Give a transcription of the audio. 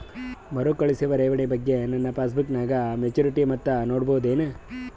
ಮರುಕಳಿಸುವ ಠೇವಣಿ ಬಗ್ಗೆ ನನ್ನ ಪಾಸ್ಬುಕ್ ನಾಗ ಮೆಚ್ಯೂರಿಟಿ ಮೊತ್ತ ನೋಡಬಹುದೆನು?